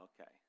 okay